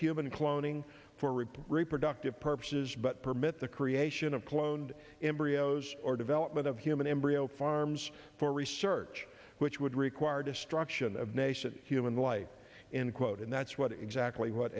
human cloning for rip reproductive purposes but permit the creation of cloned embryos or development of human embryo farms for research which would require destruction of nations human life in quote and that's what exactly what